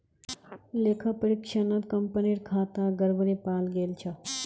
लेखा परीक्षणत कंपनीर खातात गड़बड़ी पाल गेल छ